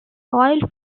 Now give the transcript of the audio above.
oil